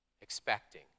expecting